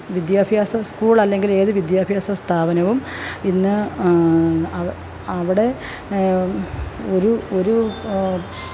വിദ്യാഭ്യാസം സ്കൂളല്ലെങ്കിലേത് വിദ്യാഭ്യാസ സ്ഥാപനവും ഇന്ന് അവിടെ ഒരു ഒരു